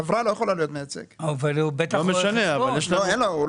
רק רואה חשבון או יועץ מס יכול להיות מייצג,